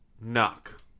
knock